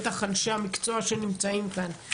בטח אנשי המקצוע שנמצאים כאן,